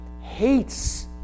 hates